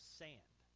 sand